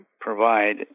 provide